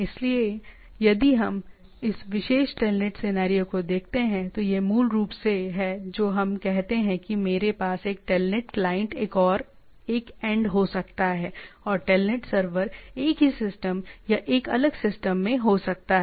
इसलिए यदि हम इस विशेष टेलनेट सिनेरियो को देखते हैं तो यह मूल रूप से है जो हम कहते हैं कि मेरे पास एक टेलनेट क्लाइंट एक ओर एक एंड हो सकता है और टेलनेट सर्वर एक ही सिस्टम या एक अलग सिस्टम में हो सकता है